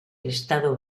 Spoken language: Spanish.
estado